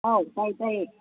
ꯑꯥꯎ ꯇꯥꯏꯌꯦ ꯇꯥꯏꯌꯦ